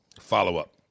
follow-up